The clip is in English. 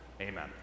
Amen